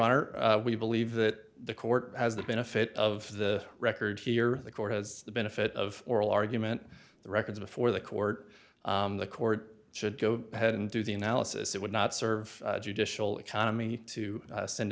honor we believe that the court has the benefit of the record here the court has the benefit of oral argument the records before the court the court should go ahead and do the analysis it would not serve judicial economy to send